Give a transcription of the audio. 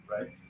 right